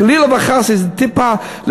חלילה וחס איזה טיפה,